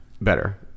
Better